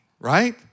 right